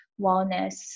wellness